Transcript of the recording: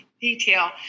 detail